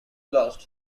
lost